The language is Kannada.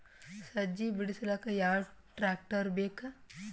ಸಜ್ಜಿ ಬಿಡಿಸಿಲಕ ಯಾವ ಟ್ರಾಕ್ಟರ್ ಬೇಕ?